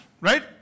right